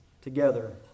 together